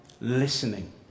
listening